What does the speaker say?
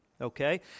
Okay